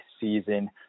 season